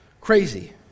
Crazy